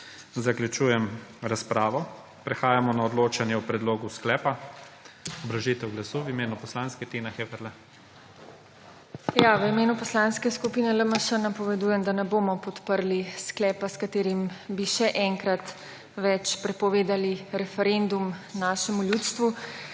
Zaključujem razpravo. Prehajamo na odločanje o predlogu sklepa. Obrazložitev glasu v imenu poslanske skupine ima Tina Heferle. **TINA HEFERLE (PS LMŠ):** V imenu Poslanske skupine LMŠ napovedujem, da ne bomo podprli sklepa, s katerim bi še enkrat več prepovedali referendum našemu ljudstvu.